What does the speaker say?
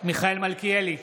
מיכאל מלכיאלי,